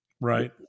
Right